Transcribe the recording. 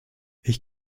ich